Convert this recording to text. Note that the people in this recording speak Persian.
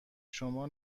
شما